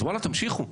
אז וואלה, תמשיכו.